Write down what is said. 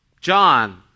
John